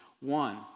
one